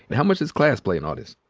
and how much does class play in all this?